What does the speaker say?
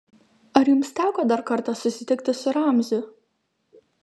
ar jums teko dar kartą susitikti su ramziu